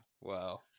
Wow